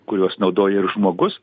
kuriuos naudoja ir žmogus